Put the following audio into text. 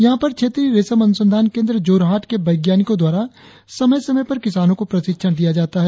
यहा पर क्षेत्रीय रेशम अनुसंधान केंद्र जोरहाट के वैज्ञानिकों द्वारा समय समय पर किसानों को प्रशिक्षण दिया जाता है